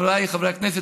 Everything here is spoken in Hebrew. חבריי חברי הכנסת,